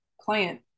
client